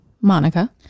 Monica